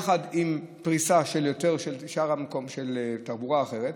יחד עם פריסה של תחבורה אחרת.